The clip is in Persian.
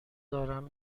دارم